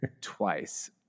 twice